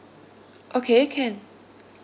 okay can